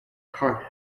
cardiff